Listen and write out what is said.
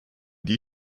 die